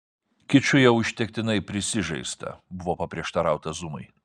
kiču jau užtektinai prisižaista buvo paprieštarauta zumai